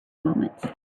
moments